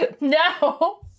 No